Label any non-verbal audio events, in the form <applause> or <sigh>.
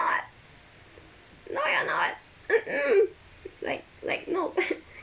not no you're not mm mm like like no <laughs>